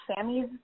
Sammy's